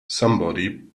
somebody